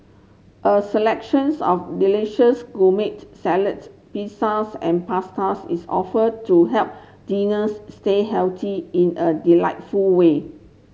a selections of delicious gourmet salads pizzas and pastas is offer to help stay healthy in a delightful way